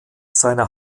seiner